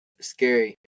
Scary